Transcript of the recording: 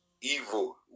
evil